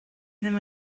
ddim